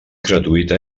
gratuïta